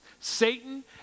satan